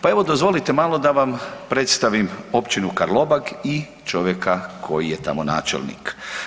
Pa evo, dozvolite malo da vam predstavim općinu Karlobag i čovjeka koji je tamo načelnik.